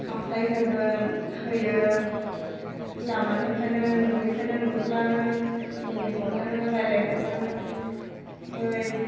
खामफ्लाय होगोन होयो लामानिफ्रायनो न'निफ्रायनो नुहुरलानो मिनिहरनो रायज्लायहरनो फै